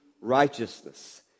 righteousness